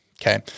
okay